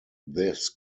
this